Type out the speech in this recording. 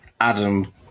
Adam